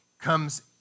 comes